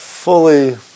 fully